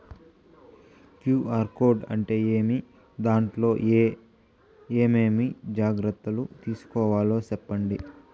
QR code అంటే ఏమి? దాంట్లో ఏ ఏమేమి జాగ్రత్తలు తీసుకోవాలో సెప్పండి?